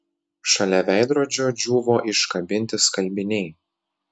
šalia veidrodžio džiūvo iškabinti skalbiniai